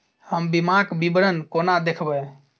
हम बीमाक विवरण कोना देखबै?